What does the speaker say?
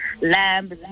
lamb